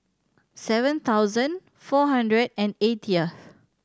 seven thousand four hundred and eightieth